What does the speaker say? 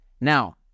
Now